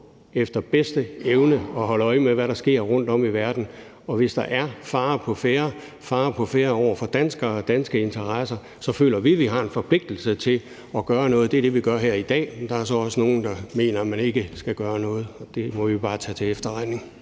efter bedste evne at holde øje med, hvad der sker rundtom i verden, og hvis der er fare på færde og fare på færde over for danskere og danske interesser, så føler vi, at vi har en forpligtelse til at gøre noget, og det er det, vi gør her i dag. Der er så også nogle, der mener, at man ikke skal gøre noget, og det må vi jo bare tage til efterretning.